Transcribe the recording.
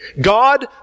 God